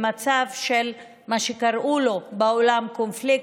במצב של מה שקראו לו בעולם קונפליקט,